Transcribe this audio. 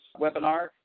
webinar